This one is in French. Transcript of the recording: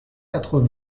quatre